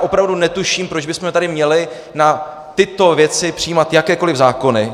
Opravdu netuším, proč bychom tady měli na tyto věci přijímat jakékoliv zákony.